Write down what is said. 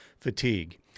fatigue